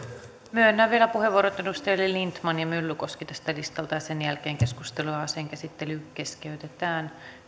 myönnän vielä puheenvuorot edustajille lindtman ja myllykoski tältä listalta ja sen jälkeen keskustelu ja asian käsittely keskeytetään